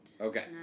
Okay